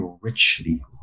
richly